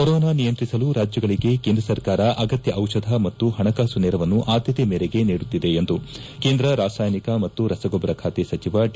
corona ನಿಯಂತ್ರಿಸಲು ರಾಜ್ಯಗಳಿಗೆ ಕೇಂದ್ರ ಸರ್ಕಾರ ಅಗತ್ಯ ಔಷಧ ಮತ್ತು ಹಣಕಾಸು ನೆರವನ್ನು ಆದ್ಯತೆ ಮೇರೆಗೆ ನೀಡುತ್ತಿದೆ ಎಂದು ಕೇಂದ್ರ ರಾಸಾಯನಿಕ ಮತ್ತು ರಸಗೊಬ್ಬರ ಖಾತೆ ಸಚಿವ ಡಿ